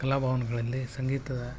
ಕಲಾಭವನಗಳಲ್ಲಿ ಸಂಗೀತದ